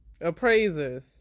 appraisers